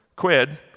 quid